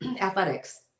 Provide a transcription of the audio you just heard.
athletics